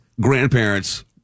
grandparents